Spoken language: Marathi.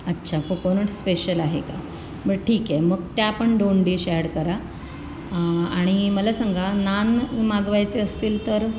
अच्छा कोकोनट स्पेशल आहे का मग ठीक आहे मग त्या पण दोन डिश अॅड करा आणि मला सांगा नान मागवायचे असतील तर